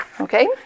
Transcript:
Okay